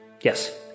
Yes